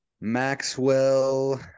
Maxwell